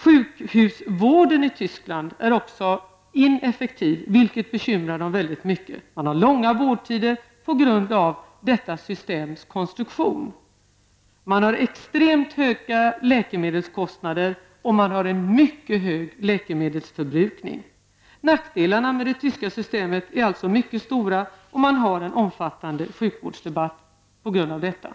Sjukhusvården i Tyskland är också ineffektiv, vilket är ett bekymmer. Man har långa vårdtider på grund av systemets konstruktion. Man har extremt höga läkemedelskostnader, och man har en mycket hög läkemedelsförbrukning. Nackdelarna med det tyska systemet är således mycket stora, och man har en omfattande sjukvårdsdebatt på grund av detta.